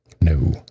No